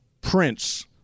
Prince